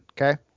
Okay